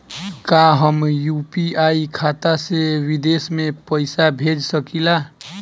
का हम यू.पी.आई खाता से विदेश में पइसा भेज सकिला?